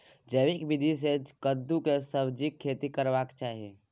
जैविक विधी से कद्दु के सब्जीक खेती करबाक चाही?